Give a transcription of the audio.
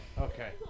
Okay